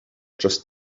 just